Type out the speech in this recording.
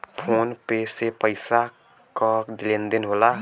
phone पे से पइसा क लेन देन होला